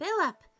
Philip